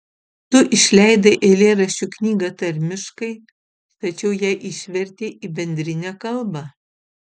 tu išleidai eilėraščių knygą tarmiškai tačiau ją išvertei į bendrinę kalbą